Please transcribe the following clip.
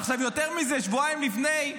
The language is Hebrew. עכשיו, יותר מזה, שבועיים לפני,